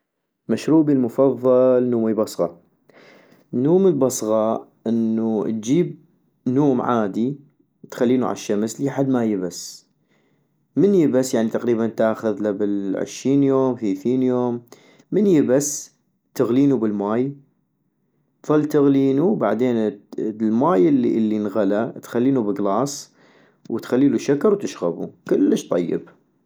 مشربي المفضل نومي بصغة - نوم البصغة انو تجيب نوم عادي تخلينو عالشمس لي حد ما يبس ، من يبس ، يعني تاخذلا بالعشين يوم ثيثين يوم ، من يبس تغلينو بالماي ، تضل تغلينو بعدين ال الماي الي نغلى تخلينو بكلاص ، وتخليلو شكر وتشغبو - كلش طيب